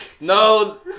No